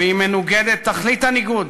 והיא מנוגדת תכלית הניגוד